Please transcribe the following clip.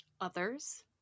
others